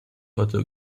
heute